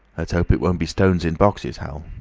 let's hope it won't be stones in boxes, hall.